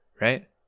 right